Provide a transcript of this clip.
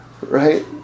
right